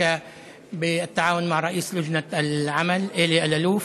הוא הושג בשיתוף פעולה עם יושב-ראש ועדת העבודה אלי אלאלוף